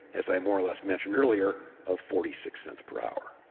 as i more or less mentioned earlier, of forty six cents per hour.